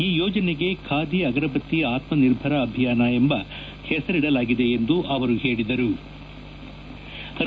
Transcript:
ಈ ಯೋಜನೆಗೆ ಖಾದಿ ಅಗರಬತ್ತಿ ಆತ್ಮ ನಿರ್ಭರ ಅಭಿಯಾನ ಎಂಬ ಹೆಸರಿಡಲಾಗಿದೆ ಎಂದು ಅವರು ಹೇಳದರು